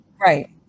right